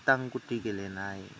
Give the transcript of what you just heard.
थां गुथि गेलेनाय